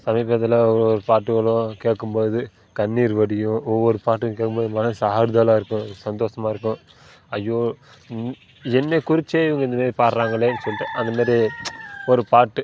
சமீபத்தில் ஒருயொரு பாட்டுகளும் கேட்கும்போது கண்ணீர் வடியும் ஒவ்வொரு பாட்டும் கேட்கும் போது மனது ஆறுதலாக இருக்கும் சந்தோஷமா இருக்கும் ஐயோ இன் என்னை குறித்தே இவங்க இந்த மாரி பாடுறாங்களேன் சொல்லிட்டு அந்த மாரி ஒரு பாட்டு